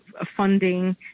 funding